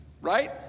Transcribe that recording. right